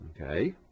Okay